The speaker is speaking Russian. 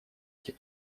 этих